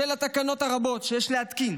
בשל התקנות הרבות שיש להתקין